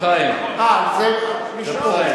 פורש בלי,